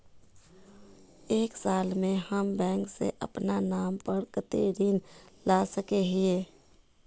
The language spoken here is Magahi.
एक साल में हम बैंक से अपना नाम पर कते ऋण ला सके हिय?